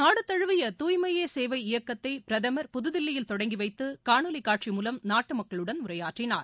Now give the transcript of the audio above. நாடு தழுவிய தூய்மையே சேவை இயக்கத்தை பிரதமர் புதுதில்லியில் தொடங்கி வைத்து காணொலி காட்சி மூலம் நாட்டு மக்களுடன் உரையாடினார்